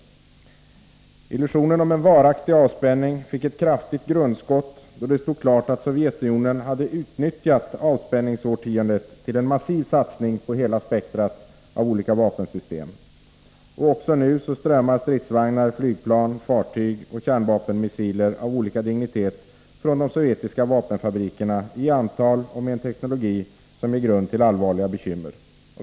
Illusionen om att en varaktig avspänning fick ett kraftigt grundskott då det stod klart att Sovjetunionen hade utnyttjat avspänningsårtiondet till en massiv satsning på hela spektrat av olika vapensystem. Också nu strömmar stridsvagnar, flygplan, fartyg och kärnvapenmissiler av olika dignitet från de sovjetiska vapenfabrikerna i antal och med en teknologi som ger grund till allvarliga bekymmer.